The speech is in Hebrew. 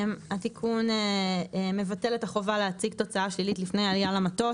התיקון מבטל את החובה להציג תוצאה שלילית לפני העלייה למטוס,